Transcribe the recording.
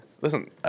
Listen